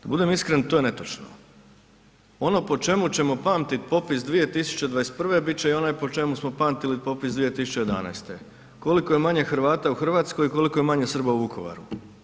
Da budem iskren to je netočno, ono po čemu ćemo pamtit popis 2021. bit će i onaj po čemu smo pamtili popis 2011., koliko je manje Hrvata u Hrvatskoj i koliko je manje Srba u Vukovaru.